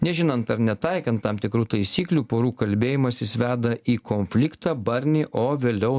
nežinant ar netaikant tam tikrų taisyklių porų kalbėjimasis veda į konfliktą barnį o vėliau